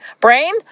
brain